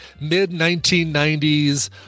mid-1990s